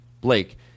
Blake